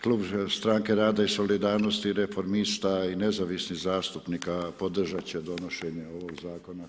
Klub Stranke rada i solidarnosti i reformista i nezavisnih zastupnika, podržat će donošenje ovog Zakona.